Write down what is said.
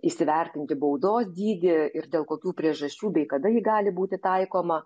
įsivertinti baudos dydį ir dėl kokių priežasčių bei kada ji gali būti taikoma